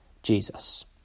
Jesus